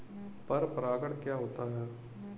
पर परागण क्या होता है?